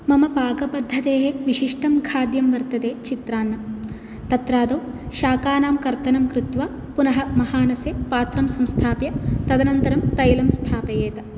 मम पाकपद्धतेः विशिष्टं खाद्यं वर्तते चित्रान्नम् तत्रादौ शाकानां कर्तनं कृत्वा पुनः महानसे पात्रं संस्थाप्य तदनन्तरं तैलं स्थापयेत्